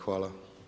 Hvala.